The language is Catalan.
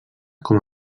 com